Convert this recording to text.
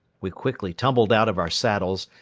we quickly tumbled out of our saddles,